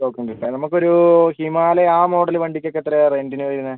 നമുക്കൊരു ഹിമാലയ ആ മോഡൽ വണ്ടിക്കൊക്കെ എത്രയാണ് റെന്റിന് വരുന്നത്